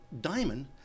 diamond